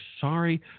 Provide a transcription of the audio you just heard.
sorry